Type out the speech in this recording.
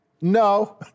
No